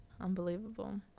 unbelievable